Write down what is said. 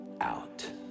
out